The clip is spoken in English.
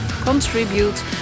contribute